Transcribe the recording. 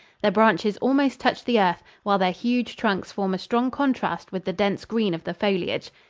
their branches almost touch the earth, while their huge trunks form a strong contrast with the dense green of the foliage.